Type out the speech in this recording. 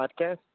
podcast